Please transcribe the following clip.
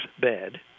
bed